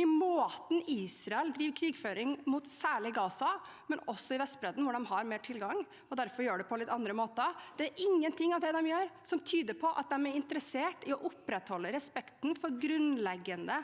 i måten Israel driver krigføring på mot særlig Gaza, men også Vestbredden – hvor de har mer tilgang og derfor gjør det på litt andre måter – og ingenting av det de gjør, som tyder på at de er interessert i å opprettholde respekten for grunnleggende